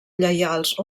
lleials